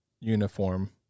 uniform